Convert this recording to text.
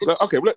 okay